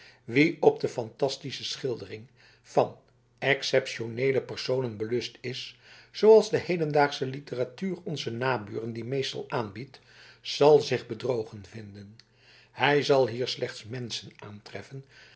wie op de fantastische schildering van exceptioneele personen belust is zooals de hedendaagsche literatuur onzer naburen die meestal aanbiedt zal zich bedrogen vinden hij zal hier slechts menschen aantreffen